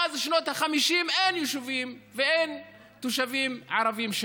מאז שנות ה-50 אין יישובים ואין תושבים ערבים,